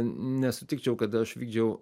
nesutikčiau kad aš vykdžiau